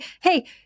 Hey